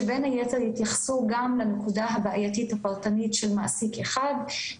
שבין היתר יתייחסו לנקודה הבעייתית הפרטנית של מעסיק אחד,